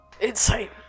Insight